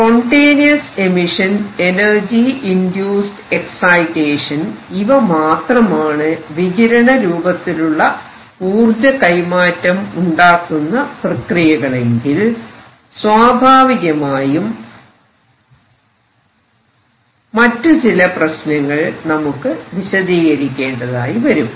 spontaneous emission energy induced excitation ഇവ മാത്രമാണ് വികിരണ രൂപത്തിലുള്ള ഊർജകൈമാറ്റം ഉണ്ടാക്കുന്ന പ്രക്രിയകളെങ്കിൽ സ്വാഭാവികമായും മറ്റു ചില പ്രശ്നങ്ങൾ നമുക്ക് വിശദീകരിക്കേണ്ടതായി വരും